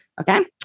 Okay